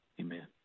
Amen